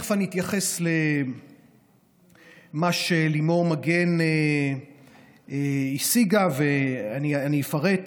תכף אני אתייחס למה שלימור מגן השיגה ואני אפרט,